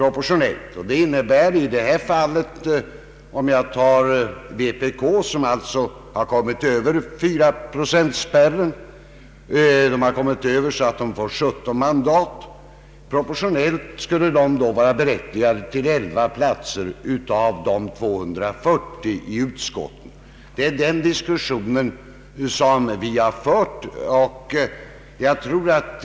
Jag kan såsom exempel ta vpk, som kom över fyraprocentsspärren. Partiet får 17 mandat i riksdagen. Proportionellt skulle det vara berättigat till 11 platser av de 240 utskottsplatserna. Det är omkring detta problem diskussionen har förts.